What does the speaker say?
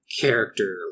character